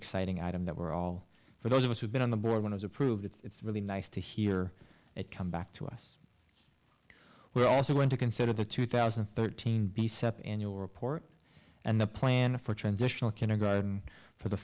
exciting item that we're all for those of us who've been on the board when i was approved it's really nice to hear it come back to us we're also going to consider the two thousand and thirteen be set in your report and the plan for transitional kindergarten for the